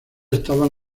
estaban